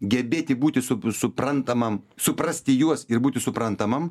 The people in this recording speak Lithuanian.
gebėti būti su suprantamam suprasti juos ir būti suprantamam